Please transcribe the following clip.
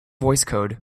voicecode